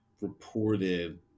reported